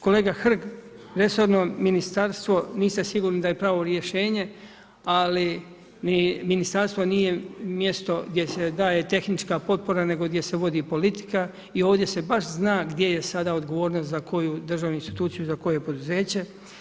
Kolega Hrg, resorno ministarstvo niste sigurni da je pravo rješenje, ali ministarstvo nije mjesto gdje se daje tehnička potpora nego gdje se vodi politika i ovdje se baš zna gdje je sada odgovornost za koju državnu instituciju i za koje poduzeće.